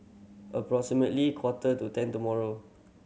approximately quarter to ten tomorrow